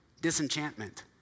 disenchantment